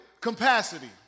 capacity